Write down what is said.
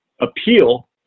appeal